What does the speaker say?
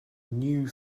new